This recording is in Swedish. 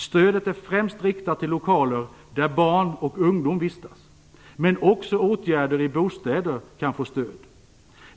Stödet är främst riktat till lokaler där barn och ungdom vistas, men också åtgärder i bostäder kan få stöd.